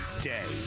day